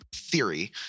theory